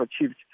achieved